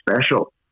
special